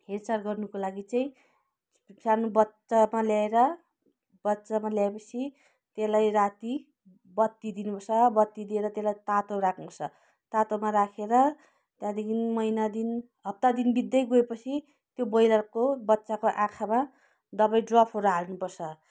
हेरचाह गर्नुको लागि चाहिँ सानो बच्चामा ल्याएर बच्चामा ल्याएपछि त्यसलाई राति बत्ती दिनुपर्छ बत्ती दिएर त्यसलाई तातो राख्नुपर्छ तातोमा राखेर त्यहाँदेखि महिनादिन हप्तादिन बित्दै गएपछि त्यो ब्रोइलरको बच्चाको आँखामा दबाई ड्रपहरू हाल्नुपर्छ